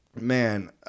Man